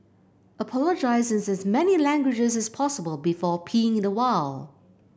apologise in as many languages as possible before peeing in the wild